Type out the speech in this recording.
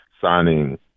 signing